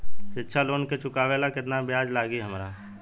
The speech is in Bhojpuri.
शिक्षा लोन के चुकावेला केतना ब्याज लागि हमरा?